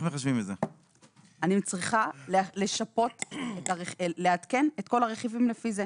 אני צריכה לעדכן את כל הרכיבים לפי זה.